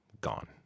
gone